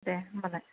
दे होमबालाय